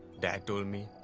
dad told me,